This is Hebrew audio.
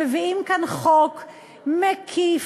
מביאים כאן חוק מקיף,